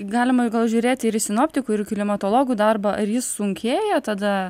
galima žiūrėti ir į sinoptikų ir į klimatologų darbą ar jis sunkėja tada